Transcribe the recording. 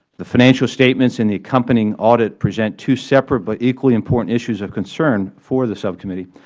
the financial statements in the accompanying audit present two separate but equally important issues of concern for the subcommittee.